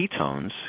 ketones